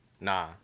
Nah